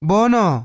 Bono